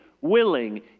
willing